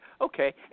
Okay